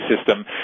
system